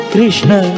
Krishna